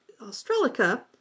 Australica